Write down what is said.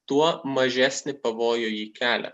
tuo mažesnį pavojų ji kelia